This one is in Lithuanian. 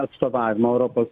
atstovavimo europos